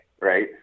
right